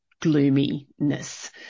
gloominess